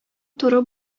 туры